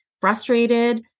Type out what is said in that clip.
frustrated